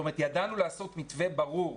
ידענו לעשות מתווה ברור.